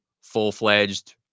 full-fledged